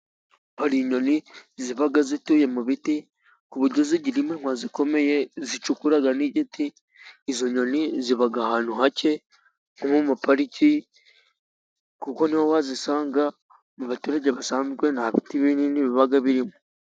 Hari inyoni ziba zituye mu biti, ku buryo zigira iminwa ikomeye, zicukura n'igiti, izo nyoni ziba ahantu hake, nko mu mapariki, kuko niho wazisanga, mu baturage basanzwe, nta biti binini biba birimo.